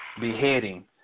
beheading